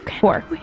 four